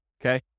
okay